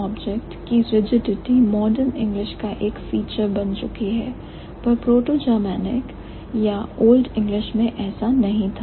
SVO की rigidity modern English का एक फीचर बन चुकी है पर Proto Germanic या Old English मैं ऐसा नहीं था